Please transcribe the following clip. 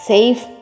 Safe